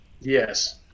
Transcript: Yes